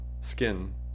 skin